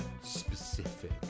specific